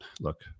look